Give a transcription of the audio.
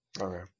Okay